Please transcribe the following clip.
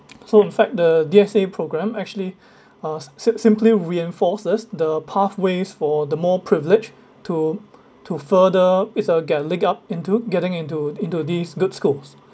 so in fact the D_S_A program actually uh si~ simply reinforces the pathways for the more privileged to to further it's a get a leg up into getting into into these good schools